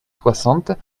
soixante